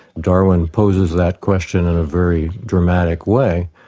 darwin poses that question in a very dramatic way,